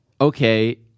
okay